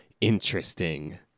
interesting